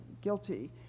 guilty